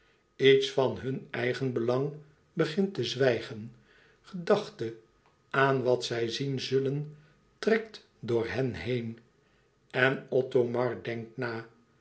iets van hun eigenbelang begint te zwijgen gedachte aan wat zij zien zullen trekt door hen heen en othomar denkt na